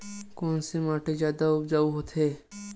कोन से माटी जादा उपजाऊ होथे?